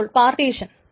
അപ്പോൾ പാർട്ടീഷൻ